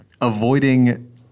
Avoiding